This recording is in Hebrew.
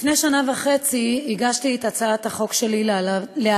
לפני שנה וחצי הגשתי את הצעת החוק שלי להעלאת